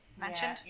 mentioned